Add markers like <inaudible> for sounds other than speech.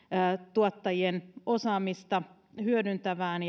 tuottajien osaamista hyödyntävää <unintelligible>